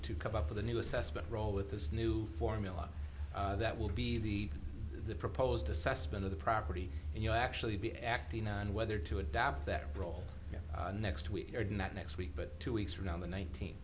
to come up with a new assessment roll with this new formula that will be the proposed assessment of the property and you'll actually be acting on whether to adopt that role next week or not next week but two weeks from now on the nineteenth